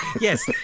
Yes